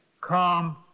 Come